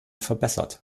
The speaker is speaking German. verbessert